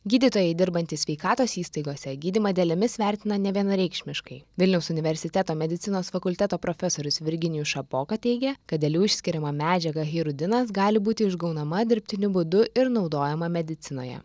gydytojai dirbantys sveikatos įstaigose gydymą dėlėmis vertina nevienareikšmiškai vilniaus universiteto medicinos fakulteto profesorius virginijus šapoka teigia kad dėlių išskiriama medžiaga hirudinas gali būti išgaunama dirbtiniu būdu ir naudojama medicinoje